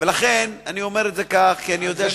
ולכן אני אומר את זה כך , כי אני יודע,